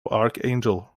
archangel